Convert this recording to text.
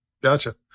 Gotcha